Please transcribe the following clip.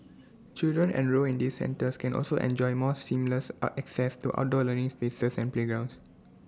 children enrolled in these centres can also enjoy more seamless are access to outdoor learning spaces and playgrounds